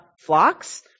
flocks